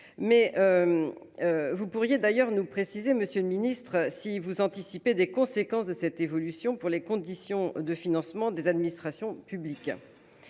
Mais. Vous pourriez d'ailleurs nous préciser. Monsieur le Ministre, si vous anticipez des conséquences de cette évolution pour les conditions de financement des administrations publiques.